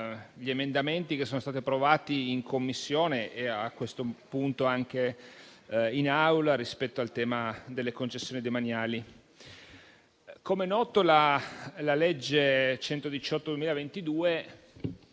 gli emendamenti che sono stati approvati in Commissione e a questo punto anche in Aula, ossia le concessioni demaniali. Come è noto, la legge n.